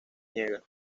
niega